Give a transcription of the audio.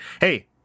hey